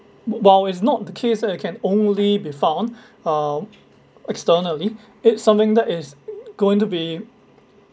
while it's not the case that you can only be found uh externally it something that is going to be